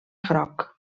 groc